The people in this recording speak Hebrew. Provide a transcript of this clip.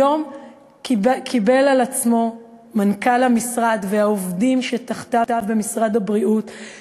היום קיבלו על עצמו מנכ"ל משרד הבריאות והעובדים שתחתיו את התהליך